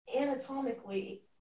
anatomically